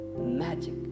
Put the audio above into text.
magic